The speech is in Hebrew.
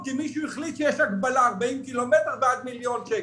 כדי שנהיה פרקטיים ולא נהיה אובדי עצות,